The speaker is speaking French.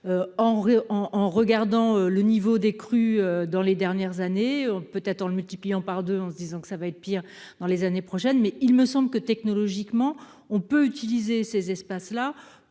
en regardant le niveau des crues dans les dernières années, peut-être en le multipliant par 2 en se disant que ça va être pire, dans les années prochaines, mais il me semble que technologiquement on peut utiliser ces espaces là